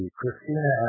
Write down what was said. christina